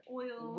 oil